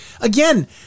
again